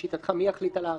לשיטתך, מי יחליט על ההארכה?